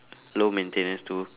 low maintenance too